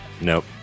Nope